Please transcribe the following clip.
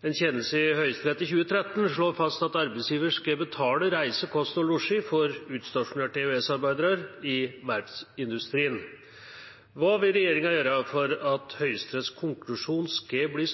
En kjennelse i Høyesterett i 2013 slår fast at arbeidsgivere skal betale reise, kost og losji for utstasjonerte EØS-arbeidere i verftsindustrien. Hva vil regjeringen gjøre for at Høyesteretts konklusjon skal bli